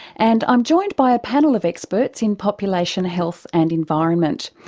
and i'm joined by a panel of experts in population, health and environment.